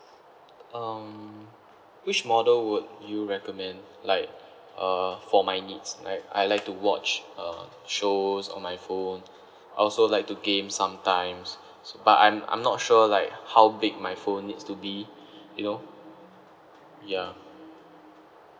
um which model would you recommend like uh for my needs like I like to watch uh shows on my phone I also like to game sometimes s~ but I'm I'm not sure like how big my phone needs to be you know ya